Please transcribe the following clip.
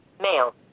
Mail